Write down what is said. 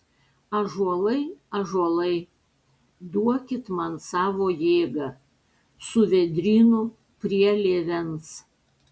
ąžuolai ąžuolai duokit man savo jėgą su vėdrynu prie lėvens